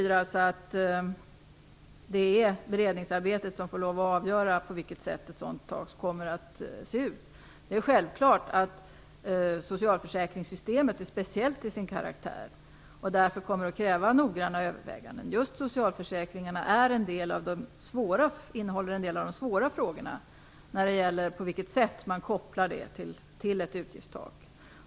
Det betyder att det är i beredningsarbetet det får avgöras hur ett sådant tak kommer att se ut. Det är självklart att socialförsäkringssystemet är speciellt till sin karaktär och därför kommer att kräva noggranna överväganden. Just socialförsäkringarna innehåller en del av de svåra frågorna när det gäller på vilket sätt man kopplar socialförsäkringarna till ett utgiftstak.